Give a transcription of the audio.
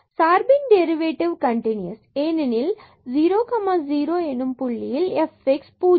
சார்பின் derivative f x continuous ஏனெனில் 0 0 புள்ளியில் f x பூஜ்ஜியம்